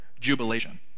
jubilation